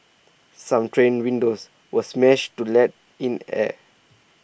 some train windows were smashed to let in air